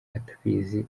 atabizi